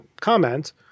comment